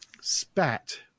spat